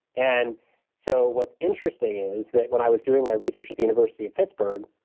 and so what's interesting is that when i was doing my research at the university of pittsburgh,